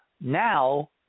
now